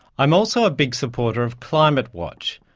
i'm also a big supporter of climatewatch,